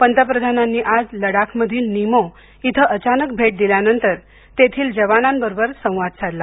पंतप्रधानांनी आज लडाखमधील निमो इथे अचानक भेट दिल्यानंतर तेथील जवानांबरोबर त्यांनी संवाद साधला